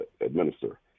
administer